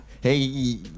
Hey